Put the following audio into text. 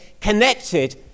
connected